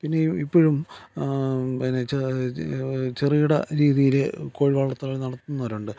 പിന്നെ ഇപ്പോഴും പിന്നെ ചെറുകിട രീതിയിൽ കോഴി വളർത്തൽ നടത്തുന്നവരുണ്ട്